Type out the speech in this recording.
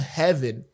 heaven